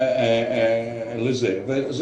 זה